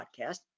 podcast